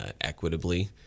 equitably